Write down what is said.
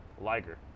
Liger